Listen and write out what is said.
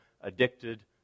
addicted